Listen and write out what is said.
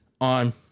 on